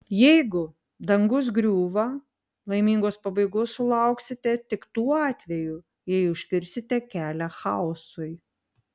jeigu dangus griūva laimingos pabaigos sulauksite tik tuo atveju jei užkirsite kelią chaosui